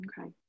Okay